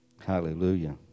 Hallelujah